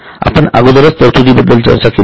आपण अगोदरच तरतुदी बद्दल चर्चा केली आहे